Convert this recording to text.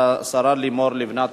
השרה לימור לבנת.